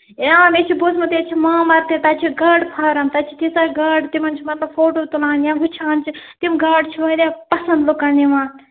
آ مےٚ چھُ بوٗزمُت ییٚتہِ چھُ مام مرگہٕ تَتہِ چھِ گاڈٕ فارَم تَتہِ چھِ تیٖژاہ گاڈٕ تِمن چھُ مطلب فوٹوٗ تُلان یا وُچھان چھِ تِم گاڑٕ چھِ وارِیاہ پسنٛد لوٗکن یِوان